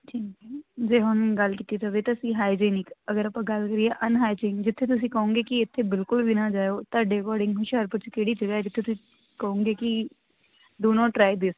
ਠੀਕ ਹੈ ਜੇ ਹੁਣ ਗੱਲ ਕੀਤੀ ਜਾਵੇ ਤਾਂ ਅਸੀਂ ਹਾਈਜੀਨਿਕ ਅਗਰ ਆਪਾਂ ਗੱਲ ਕਰੀਏ ਅਨਹਾਈਜੀਨ ਜਿੱਥੇ ਤੁਸੀਂ ਕਹੋਗੇ ਕਿ ਇੱਥੇ ਬਿਲਕੁਲ ਵੀ ਨਾ ਜਾਇਓ ਤੁਹਾਡੇ ਅਕੋਰਡਿੰਗ ਹੁਸ਼ਿਆਰਪੁਰ 'ਚ ਕਿਹੜੀ ਜਗ੍ਹਾ ਜਿੱਥੇ ਤੁਸੀਂ ਕਹੋਗੇ ਕਿ ਦੋ ਨੋਟ ਟਰਾਈ ਦਿਸ